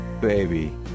baby